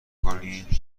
کنی